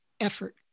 effort